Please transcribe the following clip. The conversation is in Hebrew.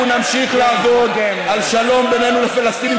אנחנו נמשיך לעבוד על שלום בינינו לפלסטינים,